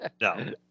No